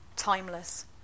timeless